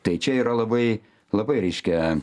tai čia yra labai labai reiškia